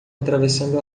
atravessando